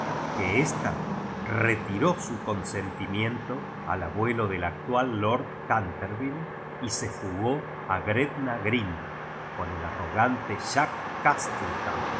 ésta retiró su consentimiento al abuelo del actual lord conterville y se fugó a qretna oreen con el arrogante jack